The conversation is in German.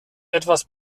etwas